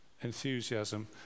enthusiasm